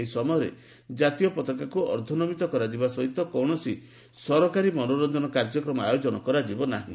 ଏହି ସମୟରେ କାତୀୟ ପତାକାକୁ ଅର୍ଦ୍ଧନମିତ କରାଯିବା ସହିତ କୌଣସି ସରକାରୀ ମନୋରଞ୍ଜନ କାର୍ଯ୍ୟକ୍ରମ ଆୟୋଜନ କରାଯିବ ନାହିଁ